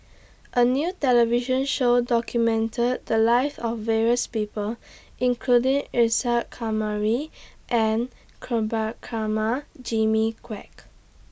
A New television Show documented The Lives of various People including Isa Kamari and Prabhakara Jimmy Quek